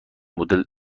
مدل